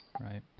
Right